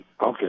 okay